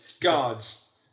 Guards